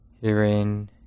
Hearing